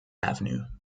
avenue